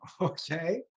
Okay